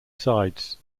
sides